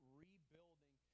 rebuilding